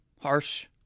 Harsh